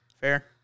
Fair